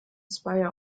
speyer